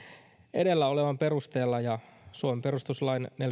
edellä olevan perusteella ja suomen perustuslain